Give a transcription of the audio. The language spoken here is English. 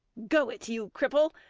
go it, you cripple!